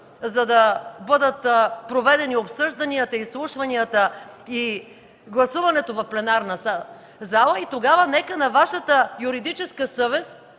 за да бъдат проведени обсъжданията, изслушванията и гласуването в пленарната зала и тогава нека на Вашата юридическа съвест